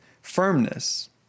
firmness